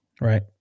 Right